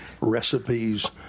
recipes